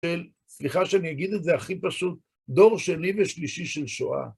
של, סליחה שאני אגיד את זה הכי פשוט, דור שני ושלישי של שואה.